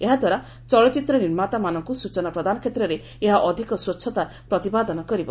ଏହା ଦ୍ୱାରା ଚଳଚ୍ଚିତ୍ର ନିର୍ମାତାମାନଙ୍କୁ ସୂଚନା ପ୍ରଦାନ କ୍ଷେତ୍ରରେ ଏହା ଅଧିକ ସ୍ପଚ୍ଛତା ପ୍ରତିପାଦନ କରିବ